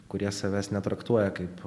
kurie savęs netraktuoja kaip